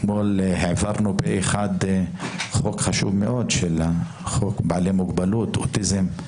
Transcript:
אתמול העברנו פה אחד חוק חשוב מאוד של בעלי מוגבלות אוטיזם,